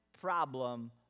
problem